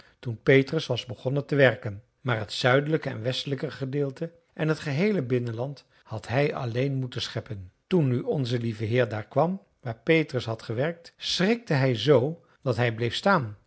toen petrus was begonnen te werken maar het zuidelijk en westelijk gedeelte en t geheele binnenland had hij alleen moeten scheppen toen nu onze lieve heer daar kwam waar petrus had gewerkt schrikte hij z dat hij bleef staan